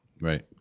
Right